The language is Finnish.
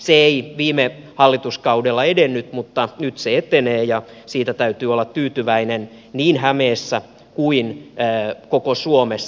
se ei viime hallituskaudella edennyt mutta nyt se etenee ja siitä täytyy olla tyytyväinen niin hämeessä kuin koko suomessa